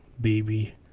baby